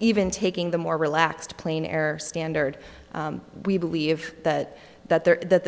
even taking the more relaxed playing air standard we believe that that there is that